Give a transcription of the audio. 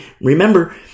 remember